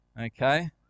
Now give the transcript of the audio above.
Okay